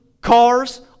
cars